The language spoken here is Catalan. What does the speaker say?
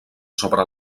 sobre